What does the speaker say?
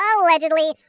allegedly